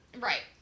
Right